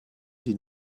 die